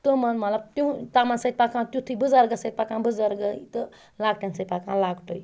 تِمَن مَطلَب تمَن سۭتۍ پَکان تِیُتھے بٕزَرگَس سۭتۍ پَکان بٕزَرگٕے لۄکٹٮ۪ن سۭتۍ پَکان لَکٹُے